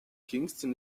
kingstown